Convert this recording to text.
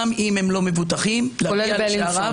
גם אם הם לא מבוטחים --- גם בלינסון.